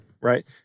Right